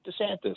DeSantis